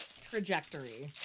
trajectory